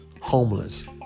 homeless